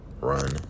run